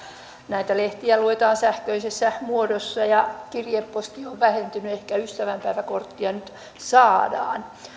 näitä lehtiä luetaan sähköisessä muodossa ja kirjeposti on vähentynyt ehkä ystävänpäiväkortteja nyt saadaan